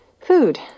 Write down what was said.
food